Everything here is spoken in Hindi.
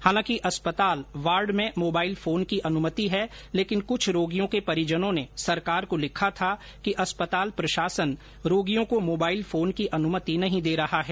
हालांकि अस्पताल वार्ड में मोबाइल फोन की अनुमति है लेकिन कुछ रोगियों के परिजनों ने सरकार को लिखा था कि अस्पताल प्रशासन रोगियों को मोबाइल फोन की अनुमति नहीं दे रहा है